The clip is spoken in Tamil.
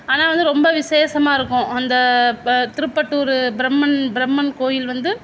ஆனால் வந்து ரொம்ப விசேஷமா இருக்கும் அந்தத் திருப்பட்டூர் ப்ரம்மன் ப்ரம்மன் கோயில் வந்து